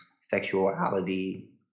sexuality